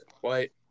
white